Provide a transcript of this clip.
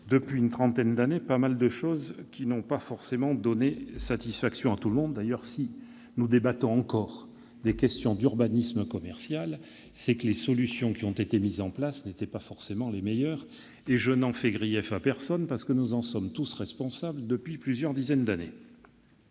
depuis une trentaine d'années, qui n'ont pas forcément donné satisfaction à tout le monde. D'ailleurs, si nous débattons encore des questions d'urbanisme commercial, c'est bien que les solutions mises en place n'étaient pas forcément les meilleures. Je n'en fais grief à personne, car nous en portons tous la responsabilité, depuis plusieurs décennies.